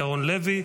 ירון לוי,